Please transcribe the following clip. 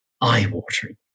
eye-watering